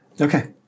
Okay